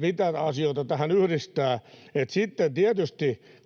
mitä asioita tähän yhdistää. Sitten tietysti